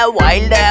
wild